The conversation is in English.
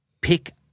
pick